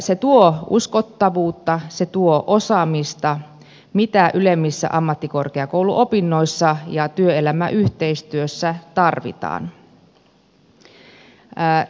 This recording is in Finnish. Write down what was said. se tuo uskottavuutta se tuo osaamista mitä ylemmissä ammattikorkeakouluopinnoissa ja työelämäyhteistyössä tarvitaan